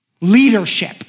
leadership